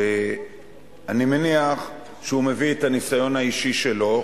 ואני מניח שהוא מביא את הניסיון האישי שלו,